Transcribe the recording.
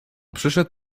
przyszedł